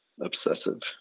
obsessive